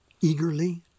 eagerly